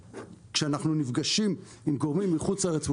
כשאנחנו נפגשים עם גורמים מחוץ לארץ וכו'